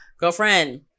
girlfriend